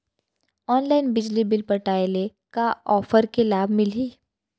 Online बिजली bill पटाय ले का का ऑफ़र के लाभ मिलही?